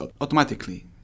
automatically